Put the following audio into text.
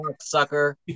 sucker